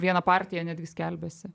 viena partija netgi skelbėsi